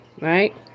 right